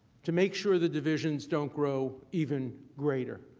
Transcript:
to make sure the divisions don't grow even greater.